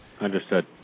Understood